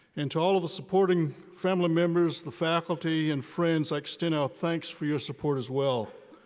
and to all of the supporting family members, the faculty, and friends, i extend our thanks for your support as well.